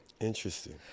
Interesting